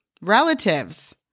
relatives